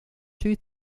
two